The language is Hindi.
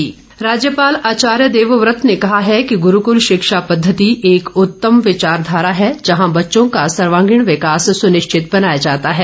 राज्यपाल राज्यपाल आचार्य देवव्रत ने कहा है कि ग्रूक्ल शिक्षा पद्धति एक उत्तम विचारधारा है जहां बच्चों का सर्वागीण विकास सुनिश्चित बनाया जाता है